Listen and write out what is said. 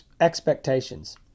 expectations